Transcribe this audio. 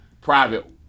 private